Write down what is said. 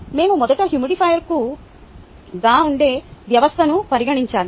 మేము మొదట హ్యూమిడిఫైయర్కుగా ఉండే వ్యవస్థను పరిగణించాలి